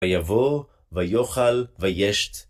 ויבוא, ויאכל, וישת.